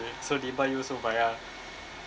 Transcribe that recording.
so they buy you also buy ah